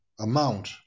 amount